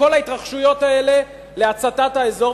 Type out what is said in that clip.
בכל ההתרחשויות האלה להצתת האזור,